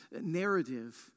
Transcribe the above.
narrative